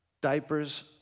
Diapers